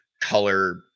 color